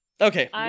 Okay